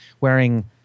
wearing